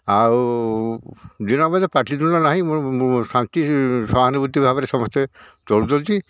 ଆଉ ଦିନବେଳେ ପାଟିତୁଣ୍ଡ ନାହିଁ ମୁଁ ଶାନ୍ତି ସହାନୁଭୂତି ଭାବରେ ସମସ୍ତେ ଚଳୁଛନ୍ତି